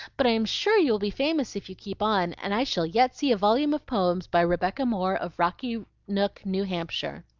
but i'm sure you will be famous if you keep on, and i shall yet see a volume of poems by rebecca moore of rocky nook, new hampshire.